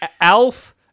Alf